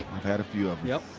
i've had a few of yeah